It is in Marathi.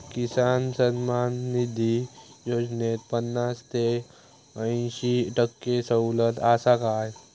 किसान सन्मान निधी योजनेत पन्नास ते अंयशी टक्के सवलत आसा काय?